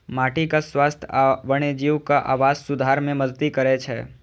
माटिक स्वास्थ्य आ वन्यजीवक आवास सुधार मे मदति करै छै